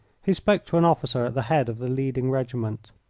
he spoke to an officer at the head of the leading regiment.